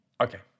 Okay